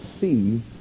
see